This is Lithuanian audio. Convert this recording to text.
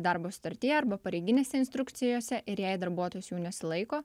darbo sutartyje arba pareiginėse instrukcijose ir jei darbuotojas jų nesilaiko